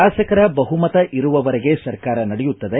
ಶಾಸಕರ ಬಹುಮತ ಇರುವವರೆಗೆ ಸರ್ಕಾರ ನಡೆಯುತ್ತದೆ